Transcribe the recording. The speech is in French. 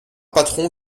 patron